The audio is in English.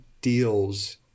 deals